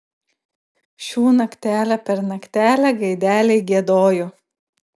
šių naktelę per naktelę gaideliai giedojo